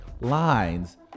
lines